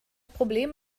problem